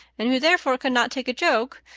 and who therefore could not take a joke,